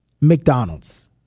McDonald's